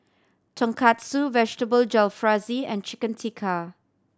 Tonkatsu Vegetable Jalfrezi and Chicken Tikka